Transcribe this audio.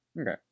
Okay